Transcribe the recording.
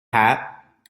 hat